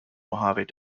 mojave